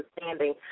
understanding